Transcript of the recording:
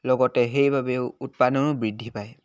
লগতে সেইবাবেও উৎপাদনো বৃদ্ধি পায়